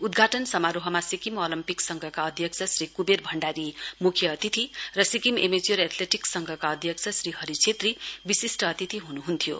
उद्घघाटन समारोहमा सिक्किम ओलेम्पिक संघका अध्यक्ष श्री कुवेर भण्डारी मुख्य अतिथि र सिक्किम एमेच्चोर एथलेटिक्स संघका अध्यक्ष श्री हरि छेत्री विशिष्ट अतिथि हनुहन्थ्यो